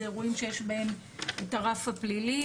זה אירועים שיש בהם את הרף הפלילי,